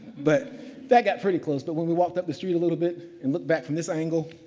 but that got pretty close. but, when we walked up the street a little bit and looked back from this angle,